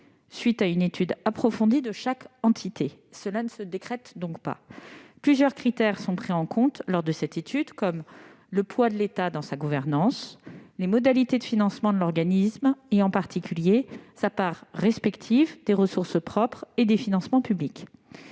suite d'une étude approfondie de chaque entité. Cela ne se décrète donc pas. Plusieurs critères sont pris en compte lors de cette étude, tels que le poids de l'État dans la gouvernance et les modalités de financement de l'organisme, en particulier sa part respective des ressources propres et des financements publics.